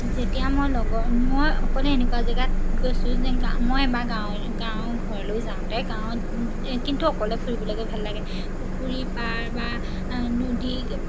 যেতিয়া মই লগৰ মই অকলে এনেকুৱা জেগাত গৈছোঁ যে মই বা গাঁৱৰ গাঁৱৰ ঘৰলৈ যাওঁতে গাঁৱত কিন্তু অকলে ফুৰিবলৈকে ভাল লাগে পুখুৰী পাৰ বা নদী